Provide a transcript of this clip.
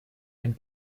ein